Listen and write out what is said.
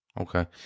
Okay